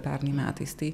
pernai metais tai